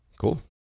Cool